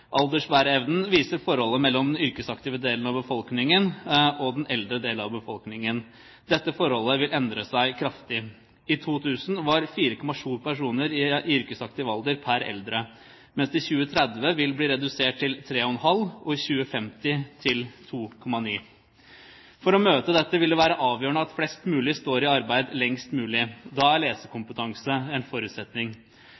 viser forholdet mellom den yrkesaktive delen av befolkningen og den eldre delen av befolkningen. Dette forholdet vil endre seg kraftig. I 2000 var det 4,7 personer i yrkesaktiv alder per eldre, mens det i 2030 vil bli redusert til 3,5 personer og i 2050 til 2,9 personer. For å møte dette vil det være avgjørende at flest mulig står i arbeid lengst mulig. Da er